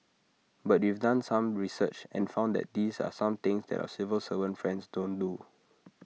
but we've done some research and found that these are some things that our civil servant friends don't do